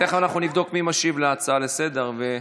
תכף נבדוק מי משיב על ההצעה לסדר-היום.